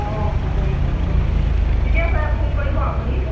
অ হ'ব হ'ব ঠিকেই আছে ফোন কৰিব আপুনি